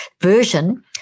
version